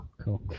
cool